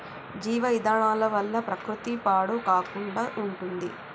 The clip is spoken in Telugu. జీవ ఇంధనాల వల్ల ప్రకృతి పాడు కాకుండా ఉంటుంది